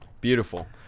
Beautiful